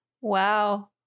Wow